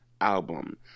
album